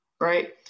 right